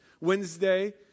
Wednesday